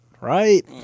Right